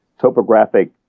topographic